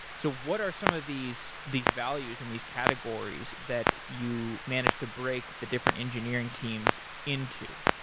so what are some of these these values and these categories that you managed to break the different engineering teams into?